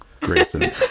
Grayson